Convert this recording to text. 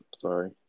sorry